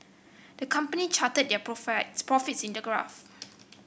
the company charted their profits in the graph